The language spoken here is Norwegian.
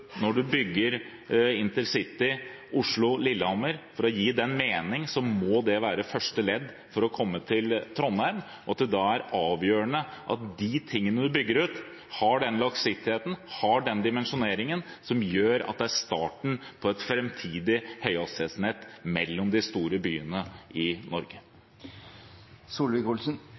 for å gi mening må første ledd for å komme til Trondheim være at det er avgjørende at det man bygger ut, har den langsiktigheten og den dimensjoneringen som gjør at det er starten på et framtidig høyhastighetsnett mellom de store byene i